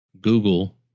Google